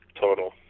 total